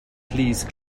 please